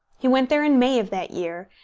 he went there in may of that year,